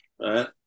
right